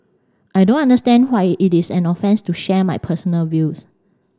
I don't understand why it is an offence to share my personal views